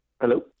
Hello